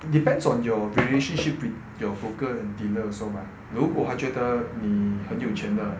depends on your relationship with your broker and dealer also mah 如果他觉得你很有钱的